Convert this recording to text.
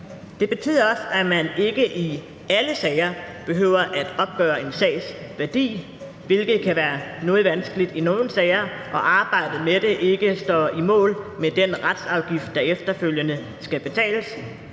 Det betyder også, at man ikke i alle sager behøver at opgøre en sags værdi, hvilket kan være noget vanskeligt i nogle sager, og arbejdet med det ikke står mål med den retsafgift, der efterfølgende skal betales.